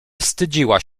wstydziła